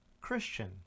Christian